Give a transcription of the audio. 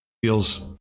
Feels